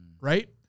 right